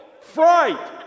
Fright